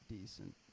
decent